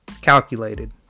calculated